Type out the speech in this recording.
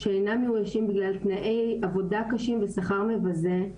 הם אינם מאויישים בגלל תנאי עבודה קשים ושכר מבזה.